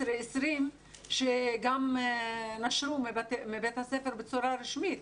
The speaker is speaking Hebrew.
2020 שגם נשרו מבית הספר בצורה רשמית,